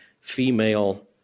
female